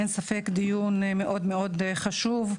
אין ספק, דיון מאוד מאוד חשוב.